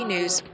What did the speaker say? News